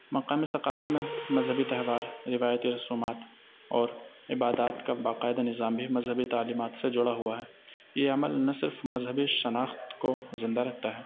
مقامی ثقافت میں مذہبی تہوار روایتی رسومات اور عبادات کا باقاعدہ نظام بھی مذہبی تعلیمات سے جڑا ہوا ہے یہ عمل نہ صرف مذہبی شناخت کو زندہ رکھتا ہے